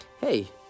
Hey